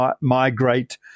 migrate